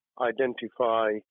identify